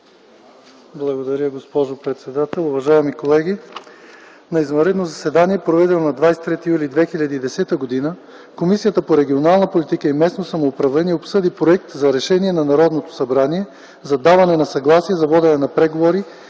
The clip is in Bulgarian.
Благодаря, госпожо председател. „На извънредно заседание, проведено на 23 юли 2010 г., Комисията по регионална политика и местно самоуправление обсъди Проект за решение на Народното събрание за даване на съгласие за водене на преговори